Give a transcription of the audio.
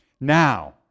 Now